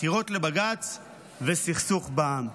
עתירות לבג"ץ וסכסוך בעם.